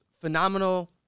phenomenal